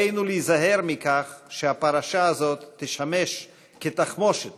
עלינו להיזהר מכך שהפרשה הזו תשמש כתחמושת